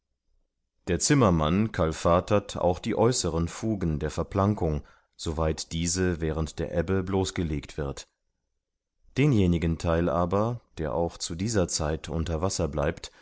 der zimmermann kalfatert auch die äußeren fugen der verplankung soweit diese während der ebbe bloß gelegt wird denjenigen theil aber der auch zu dieser zeit unter wasser bleibt